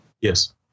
Yes